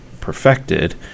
perfected